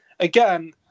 Again